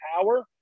power